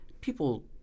people